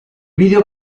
vídeo